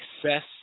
success